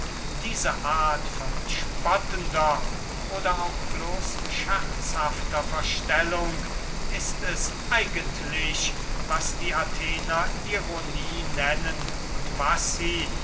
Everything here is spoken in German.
diese art von spottender oder auch bloß scherzhafter verstellung ist es eigentlich was die athener ironie nennen und was sie